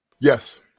Yes